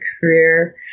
career